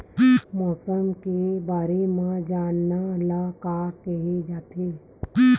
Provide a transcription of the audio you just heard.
मौसम के बारे म जानना ल का कहे जाथे?